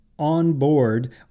on-board